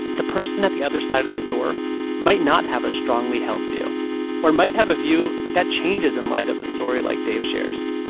the person at the other side of that door might not have a strongly held view or might have a view that changes in light of a story like dave shares